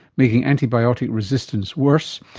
making antibiotic resistance worse,